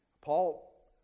Paul